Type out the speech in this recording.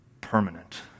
permanent